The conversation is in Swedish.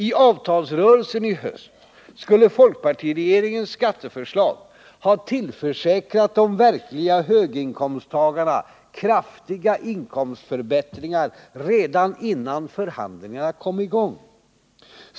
I avtalsrörelsen i höst skulle folkpartiregeringens skatteförslag ha tillförsäkrat de verkliga höginkomsttagarna kraftiga inkomstförbättringar redan innan förhandlingarna kom i gång.